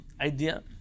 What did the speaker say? idea